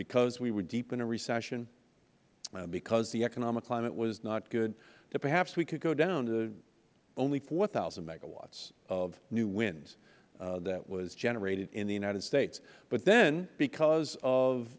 because we were deep in a recession because the economic climate was not good that perhaps we could go down to only four thousand megawatts of new winds that was generated in the united states but then because of